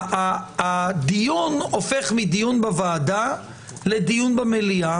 הדיון הופך מדיון בוועדה לדיון במליאה,